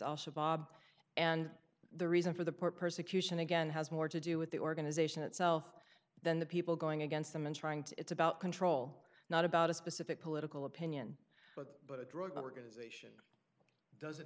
also bob and the reason for the poor persecution again has more to do with the organization itself than the people going against them and trying to it's about control not about a specific political opinion but a drug organization doesn't